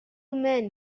men